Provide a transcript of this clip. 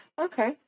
Okay